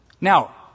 Now